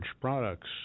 products